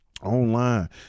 online